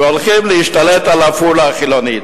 והולכות להשתלט על עפולה החילונית.